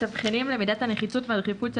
(1) תבחינים למידת הנחיצות והדחיפות של